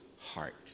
heart